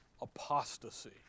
apostasy